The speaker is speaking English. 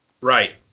Right